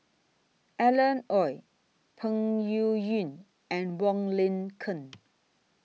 Alan Oei Peng Yuyun and Wong Lin Ken